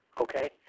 Okay